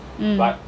mm